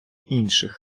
інших